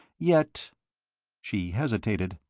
yet she hesitated.